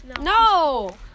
No